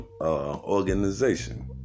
organization